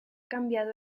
cambiado